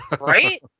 Right